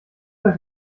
euch